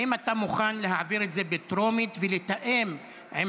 האם אתה מוכן להעביר את זה בטרומית ולתאם עם